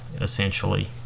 essentially